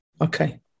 Okay